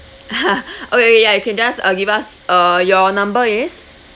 okay okay ya you can just uh give us uh your number is